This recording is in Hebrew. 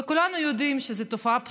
כולנו יודעים שזו תופעה פסולה,